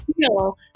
feel